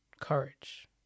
courage